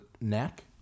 neck